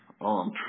on